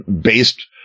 based